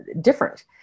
different